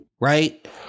right